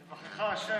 יברכך ה'.